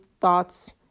thoughts